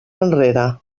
enrere